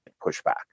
pushback